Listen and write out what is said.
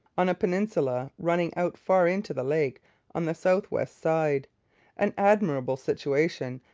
on a peninsula running out far into the lake on the south-west side an admirable situation,